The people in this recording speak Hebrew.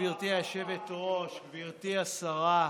גברתי היושבת-ראש, גברתי השרה,